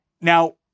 Now